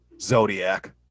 Zodiac